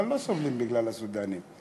אבל הם לא סובלים בגלל הסודאנים,